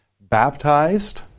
baptized